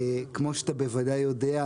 כמו שאתה בוודאי יודע,